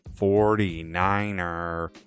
49er